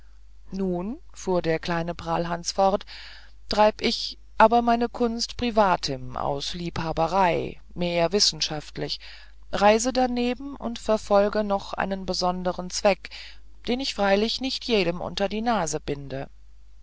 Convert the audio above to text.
nun fuhr der kleine prahlhans fort treib ich aber meine kunst privatim aus liebhaberei mehr wissenschaftlich reise daneben und verfolge noch einen besondern zweck den ich freilich nicht jedem unter die nase binde